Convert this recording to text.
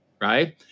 Right